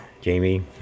Jamie